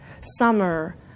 summer